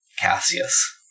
Cassius